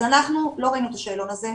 אז אנחנו לא ראינו את השאלון הזה,